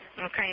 Okay